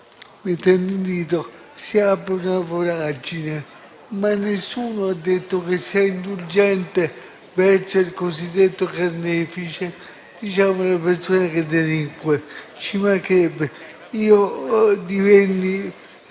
mettendoci un dito, si apra una voragine, ma nessuno ha detto che ciò sia indulgente verso il cosiddetto carnefice, verso la persona che delinque. Ci mancherebbe. Io divenni